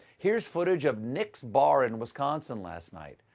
here's footage of nick's bar in wisconsin last night,